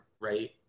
right